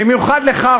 במיוחד לך,